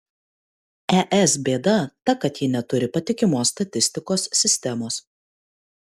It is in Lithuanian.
es bėda ta kad ji neturi patikimos statistikos sistemos